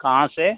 कहाँ से